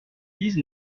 dix